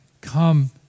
come